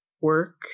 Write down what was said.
work